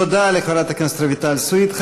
תודה לחברת הכנסת רויטל סויד.